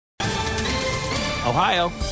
Ohio